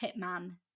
hitman